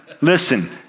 Listen